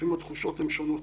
ולפעמים התחושות הן שונות,